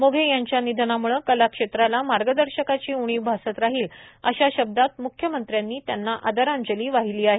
मोधे यांच्या निधनाम्ळे कला क्षेत्राला मार्गदर्शकाची उणीव भासत राहील अशा शब्दात म्ख्यमंत्र्यांनी त्यांना आदरांजली वाहिली आहे